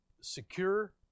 secure